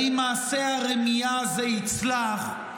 האם מעשה הרמייה הזה יצלח,